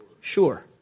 sure